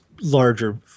larger